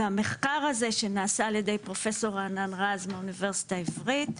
והמחקר הזה שנעשה על ידי פרופסור רענן רז מהאוניברסיטה העברית,